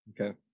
Okay